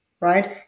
right